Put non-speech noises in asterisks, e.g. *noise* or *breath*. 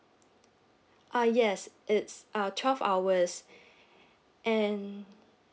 uh yes it's uh twelve hours *breath* and